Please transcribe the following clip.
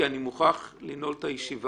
אני מוכרח לנעול את הישיבה,